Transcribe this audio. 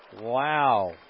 Wow